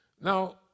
Now